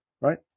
Right